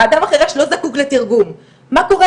האדם